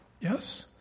Yes